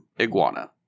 iguana